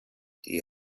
die